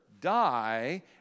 die